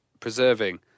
preserving